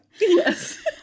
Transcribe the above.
Yes